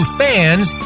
fans